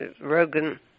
Rogan